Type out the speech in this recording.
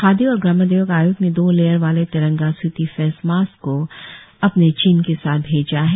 खादी और ग्रामोद्योग आयोग ने दो लेयर वाले तिरंगे सूती फेस मास्क को अपने चिन्ह के साथ भेजा है